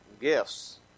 Gifts